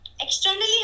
Externally